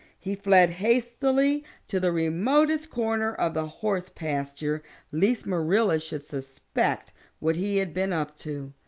he fled hastily to the remotest corner of the horse pasture lest marilla should suspect what he had been up to.